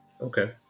Okay